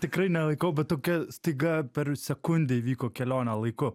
tikrai nelaikau bet tokia staiga per sekundę įvyko kelionė laiku